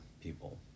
people